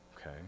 Okay